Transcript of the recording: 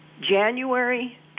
january